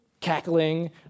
cackling